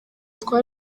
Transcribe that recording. twa